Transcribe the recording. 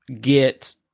get